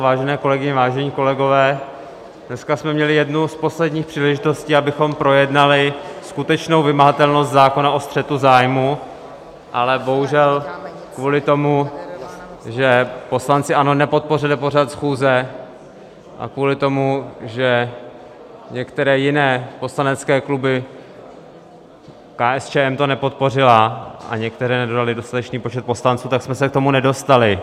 Vážené kolegyně, vážení kolegové, dneska jsme měli jednu z posledních příležitostí, abychom projednali skutečnou vymahatelnost zákona o střetu zájmů, ale bohužel kvůli tomu, že poslanci ANO nepodpořili pořad schůze, a kvůli tomu, že některé jiné poslanecké kluby KSČM to nepodpořila a některé nedodaly dostatečný počet poslanců, tak jsme se k tomu nedostali.